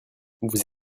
vous